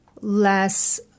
less